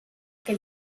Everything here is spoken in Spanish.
que